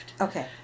Okay